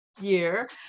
year